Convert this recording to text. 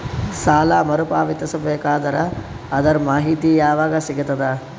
ಸಾಲ ಮರು ಪಾವತಿಸಬೇಕಾದರ ಅದರ್ ಮಾಹಿತಿ ಯವಾಗ ಸಿಗತದ?